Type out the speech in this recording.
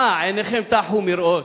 מה, עיניכם טחו מראות?